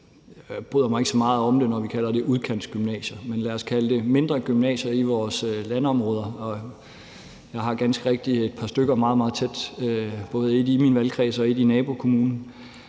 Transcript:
jeg bryder mig ikke så meget om det, når vi kalder det udkantsgymnasier, men lad os kalde det mindre gymnasier i vores landområder, og jeg har ganske rigtigt et par stykker meget, meget tæt på mig, både et i min valgkreds og et i nabokommunen,